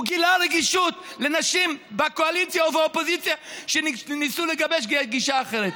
הוא גילה רגישות לנשים בקואליציה ובאופוזיציה שניסו לגבש גישה אחרת.